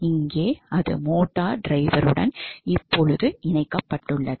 இங்கே அது மோட்டார் டிரைவருடன் இப்போது இணைக்கப்பட்டுள்ளது